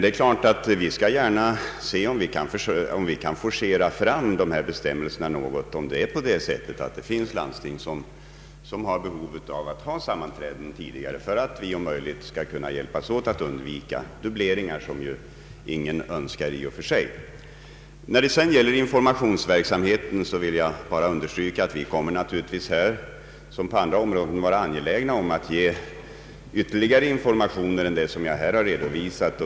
Det är klart att vi gärna skall se efter om vi kan forcera fram bestämmelserna något, om det finns landsting som har behov av att hålla sitt sammanträde tidigare under året. När det gäller informationsverksamheten vill jag bara understryka att vi naturligtvis här som på andra områden kommer att vara angelägna om att ge ytterligare informationer utöver dem som jag har redovisat.